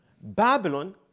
Babylon